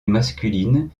masculine